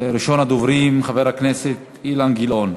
ראשון הדוברים, חבר הכנסת אילן גילאון.